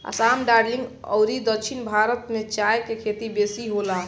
असाम, दार्जलिंग अउरी दक्षिण भारत में चाय के खेती बेसी होला